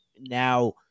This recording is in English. now